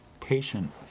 patient